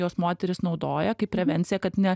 juos moterys naudoja kaip prevenciją kad ne